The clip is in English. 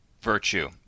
virtue